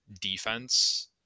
defense